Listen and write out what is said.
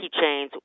keychains